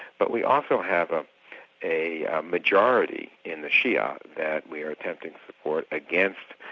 but we also have ah a majority in the shia that we are attempting support against,